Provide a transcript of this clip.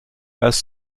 пес